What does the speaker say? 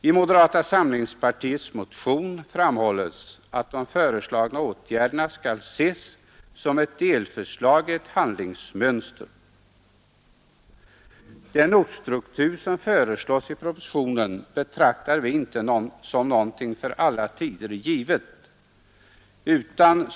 I moderata samlingspartiets motion framhålles att de föreslagna årgärderna skall ses som ett delförslag i ett större handlings: mönster. Den ortsstruktur som föreslås i propositionen betraktar vi icke som någonting för alla tider givet.